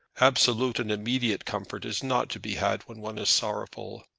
absolute and immediate comfort is not to be had when one is sorrowful.